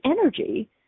energy